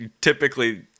Typically